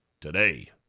today